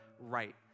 right